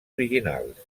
originals